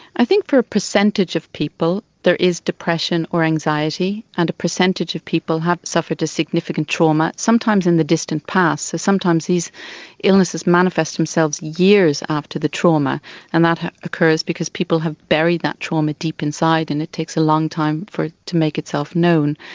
i think for a percentage of people there is depression or anxiety, and a percentage of people have suffered a significant trauma, sometimes in the distant past. so sometimes these illnesses manifest themselves years after the trauma, and that occurs because people have buried that trauma deep inside and it takes a long time for it to make itself known.